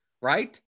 right